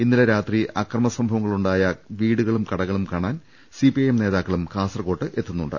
ഇന്നലെ രാത്രി അക്രമ സംഭവങ്ങളുണ്ടായ വീടുകളും കടകളും കാണാൻ സിപിഐഎം നേതാക്കളും കാസർകോട്ട് എത്തുന്നുണ്ട്